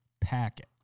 packet